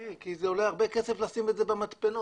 כי זה עולה הרבה כסף לשים את זה במטמנות.